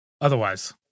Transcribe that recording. Otherwise